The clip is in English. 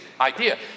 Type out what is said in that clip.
idea